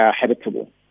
habitable